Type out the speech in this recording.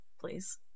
please